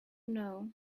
know